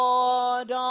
Lord